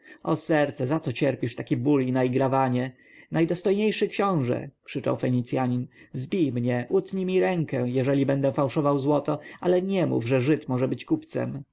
serce za co cierpisz taki ból i naigrawanie najdostojniejszy książę krzyczał fenicjanin zbij mnie utnij mi rękę jeżeli będę fałszował złoto ale nie mów że żyd może być kupcem